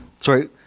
sorry